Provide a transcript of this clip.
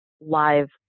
live